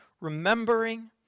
remembering